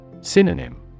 Synonym